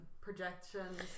projections